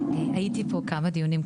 הייתי פה כמה דיונים,